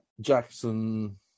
Jackson